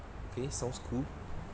okay sounds cool